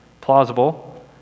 plausible